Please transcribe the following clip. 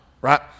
right